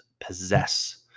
possess